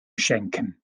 schenken